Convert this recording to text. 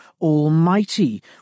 Almighty